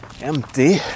empty